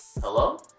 hello